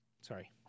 Sorry